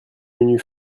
menus